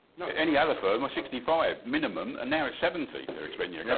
any other firm, sixty five minimum, and now it's seventy they're expecting you yeah